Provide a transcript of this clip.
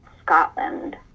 Scotland